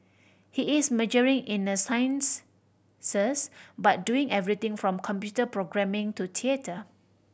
he is majoring in the sciences but doing everything from computer programming to theatre